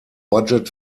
budget